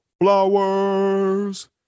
Flowers